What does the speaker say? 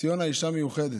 ציונה אישה מיוחדת.